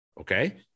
Okay